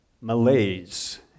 malaise